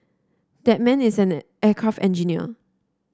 that man is an aircraft engineer